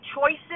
choices